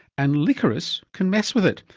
and liquorice can mess with it,